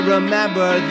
Remember